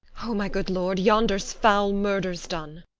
o, my good lord, yonder's foul murders done!